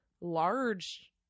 large